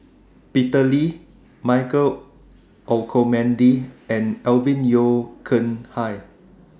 Peter Lee Michael Olcomendy and Alvin Yeo Khirn Hai